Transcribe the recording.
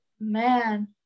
Man